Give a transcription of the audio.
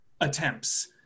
attempts